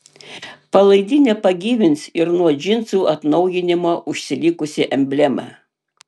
palaidinę pagyvins ir nuo džinsų atnaujinimo užsilikusi emblema